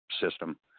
system